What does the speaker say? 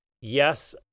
yes